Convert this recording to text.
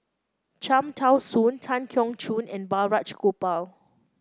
Cham Tao Soon Tan Keong Choon and Balraj Gopal